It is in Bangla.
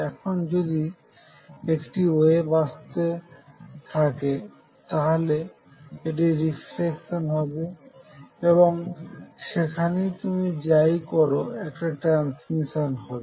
এখন যদি একটি ওয়েভ আসতে ওকে তাহলে একটি রিফ্লেকশন হবে এবং সেখানেই তুমি যাই করো একটা ট্রান্সমিশন হবে